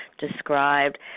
described